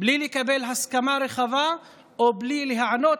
בלי לקבל הסכמה רחבה או בלי להיענות